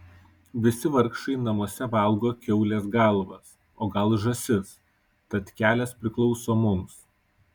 visi vargšai namuose valgo kiaulės galvas o gal žąsis tad kelias priklauso mums